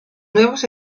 nuevos